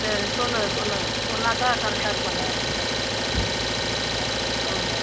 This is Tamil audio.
சரி சொல்லுங்கள் சொல்லுங்கள் சொன்னாக்கா கரெக்டாக இது பண்ணிக்கலாம் ஆ